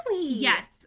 Yes